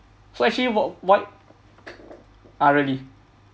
so actually wha~ what ah really